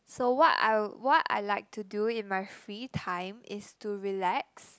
so what I li~ what I like to do in my free time is to relax